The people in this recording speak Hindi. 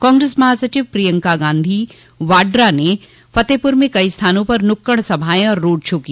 कांग्रेस महासचिव प्रियंका गांधी वाड्रा ने फतेहपुर में कई स्थानों पर नुक्कड़ संभाएं और रोड शो किया